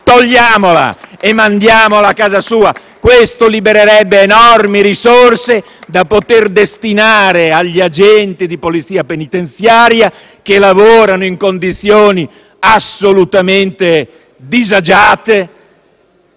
Togliamola e mandiamolo a casa sua. Questo libererebbe enormi risorse da poter destinare agli agenti di polizia penitenziaria che lavorano in condizioni assolutamente disagiate,